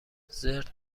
زرت